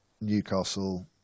Newcastle